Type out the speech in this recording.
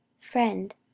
friend